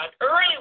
Early